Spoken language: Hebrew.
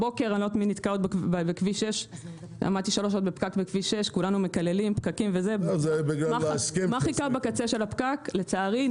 הבוקר עמדתי 3 שעות בפקק בכביש 6. מה חיכה בקצה של הפקק לצערי?